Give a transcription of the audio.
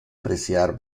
apreciar